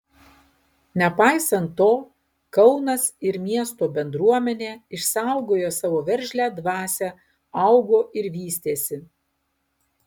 nepaisant to kaunas ir miesto bendruomenė išsaugojo savo veržlią dvasią augo ir vystėsi